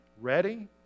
ready